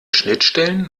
schnittstellen